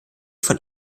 von